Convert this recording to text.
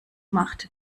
macht